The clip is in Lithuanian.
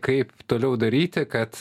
kaip toliau daryti kad